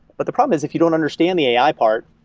but the problem is if you don't understand the a i. part,